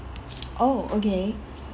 oh okay